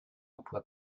emplois